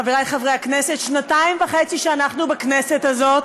חבריי חברי הכנסת, שנתיים וחצי שאנחנו בכנסת הזאת,